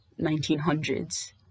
1900s